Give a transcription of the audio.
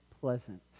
pleasant